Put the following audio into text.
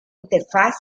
interfaz